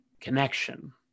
Connection